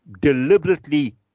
deliberately